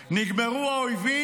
נגמרו האויבים?